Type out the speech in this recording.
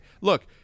Look